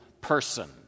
person